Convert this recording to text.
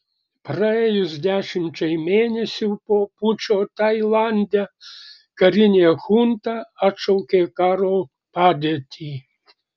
praėjus dešimčiai mėnesių po pučo tailande karinė chunta atšaukė karo padėtį